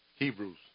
Hebrews